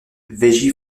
veigy